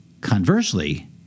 Conversely